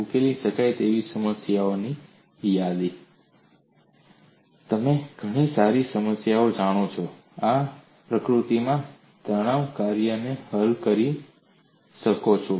ઉકેલી શકાય તેવી સમસ્યાઓની યાદી તમે ઘણી સારી સમસ્યાઓ જાણો છો તમે આ પ્રકૃતિમાં તણાવ કાર્ય કરીને હલ કરી શક્યા છો